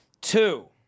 Two